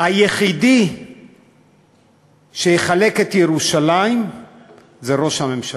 היחיד שיחלק את ירושלים זה ראש הממשלה.